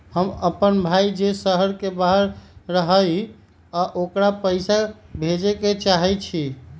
हमर अपन भाई जे शहर के बाहर रहई अ ओकरा पइसा भेजे के चाहई छी